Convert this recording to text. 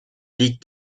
ligue